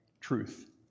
truth